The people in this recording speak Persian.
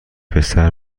پسر